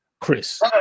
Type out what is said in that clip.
Chris